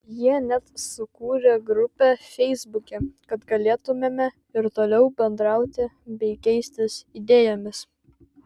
jie net sukūrė grupę feisbuke kad galėtumėme ir toliau bendrauti bei keistis idėjomis